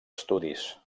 estudis